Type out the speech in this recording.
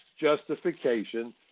justification